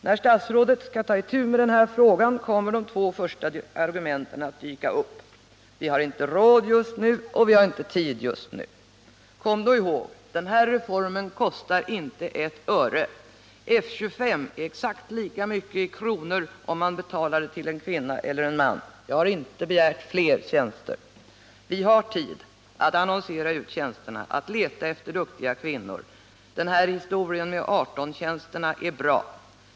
När statsrådet skall ta itu med den här frågan kommer de två första argumenten att dyka upp: Vi har inte råd just nu, och vi har inte tid just nu. Kom då ihåg: Den här att öka antalet kvinnor bland reformen kostar inte ett öre. F 25 är exakt lika mycket i kronor om man betalar det till en kvinna eller till en man. Jag har inte begärt fler tjänster. Vi hartid att annonsera ut tjänsterna, att leta efter duktiga kvinnor. Idén att söka duktiga kvinnor till rekryteringstjänsterna i lönegrad F 18 är också bra.